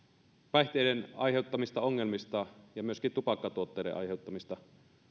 päihteiden aiheuttamista ongelmista myöskin tupakkatuotteiden aiheuttamista